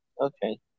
okay